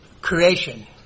creation